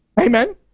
Amen